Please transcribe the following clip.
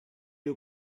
you